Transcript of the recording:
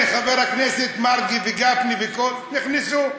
הנה חברי הכנסת מרגי וגפני נכנסו,